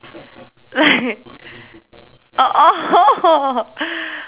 like oh oh